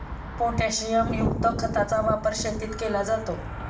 पोटॅशियमयुक्त खताचा वापर शेतीत केला जातो